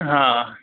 हा